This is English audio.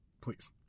please